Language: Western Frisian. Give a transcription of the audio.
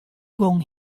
gong